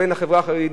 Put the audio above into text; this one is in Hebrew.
בין החברה החרדית,